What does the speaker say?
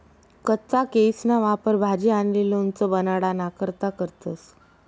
कच्चा केयीसना वापर भाजी आणि लोणचं बनाडाना करता करतंस